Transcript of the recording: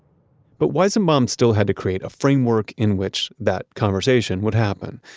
but weizenbaum still had to create a framework in which that conversation would happen,